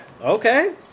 okay